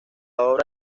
obra